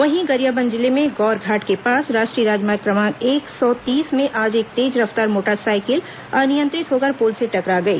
वहीं गरियाबंद जिले में गौरघाट के पास राष्ट्रीय राजमार्ग क्रमांक एक सौ तीस में आज एक तेज रफ्तार मोटरसाइकिल अनियंत्रित होकर पुल से टकरा गई